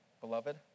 beloved